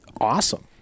awesome